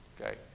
Okay